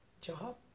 job